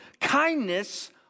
kindness